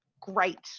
great